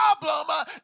problem